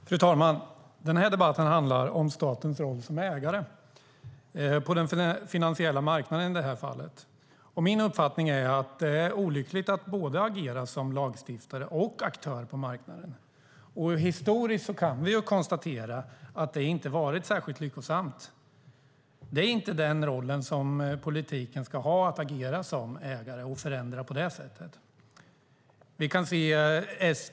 Fru talman! Den här debatten handlar om statens roll som ägare, i det här fallet på den finansiella marknaden. Min uppfattning är att det är olyckligt att agera både som lagstiftare och aktör på marknaden. Vi kan konstatera att det historiskt inte varit särskilt lyckosamt. Politiken ska inte ha rollen av att agera som ägare och på det sättet förändra.